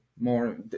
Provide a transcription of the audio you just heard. more